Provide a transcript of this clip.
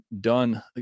done